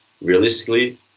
realistically